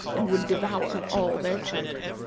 and would devour all their children.